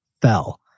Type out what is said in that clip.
fell